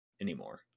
anymore